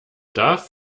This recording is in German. darf